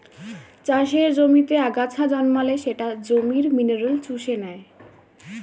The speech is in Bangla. চাষের জমিতে আগাছা জন্মালে সেটা জমির মিনারেল চুষে নেয়